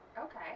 okay